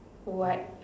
white